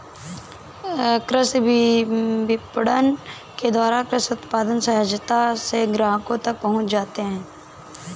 कृषि विपणन के द्वारा कृषि उत्पाद सहजता से ग्राहकों तक पहुंच जाते हैं